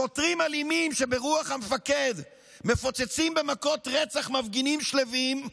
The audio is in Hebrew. שוטרים אלימים שברוח המפקד מפוצצים במכות רצח מפגינים שלווים,